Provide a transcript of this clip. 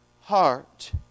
heart